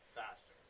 faster